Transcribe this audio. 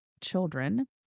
children